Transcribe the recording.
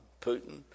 Putin